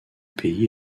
pays